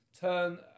turn